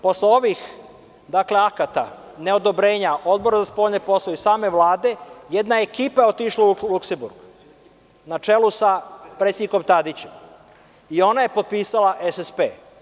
Posle ovih, dakle akata neodobrenja Odbor za spoljne poslove i same Vlade, jedna ekipa je otišla u Luksemburg, na čelu sa predsednikom Tadićem, o na je potpisala SSP.